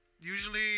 Usually